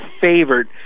favorite